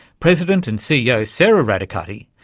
president and ceo, sara radicati,